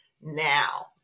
now